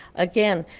again,